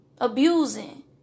abusing